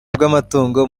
bw’amatungo